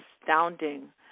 astounding